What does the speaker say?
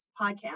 podcast